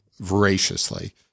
voraciously